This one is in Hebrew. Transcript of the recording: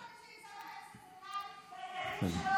לא יכול להיות שמי שנמצא באמצע זה טל והילדים שלו,